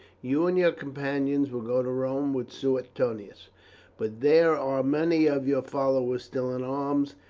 you and your companions will go to rome with suetonius but there are many of your followers still in arms,